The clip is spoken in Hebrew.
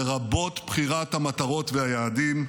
לרבות בחירת המטרות והיעדים,